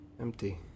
Empty